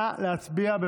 נא להצביע.